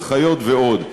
הנחיות ועוד.